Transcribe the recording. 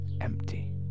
empty